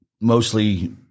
mostly